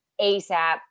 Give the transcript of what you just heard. ASAP